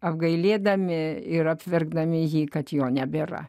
apgailėdami ir apverkdami jį kad jo nebėra